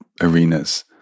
arenas